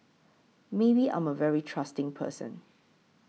maybe I'm a very trusting person